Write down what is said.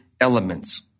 elements